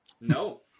No